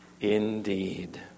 indeed